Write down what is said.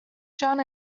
john